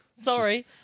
sorry